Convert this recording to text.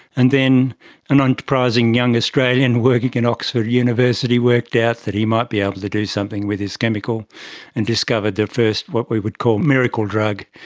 and then an enterprising young australian working in oxford university worked out that he might be able to do something with this chemical and discovered the first what we would call miracle drug,